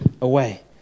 away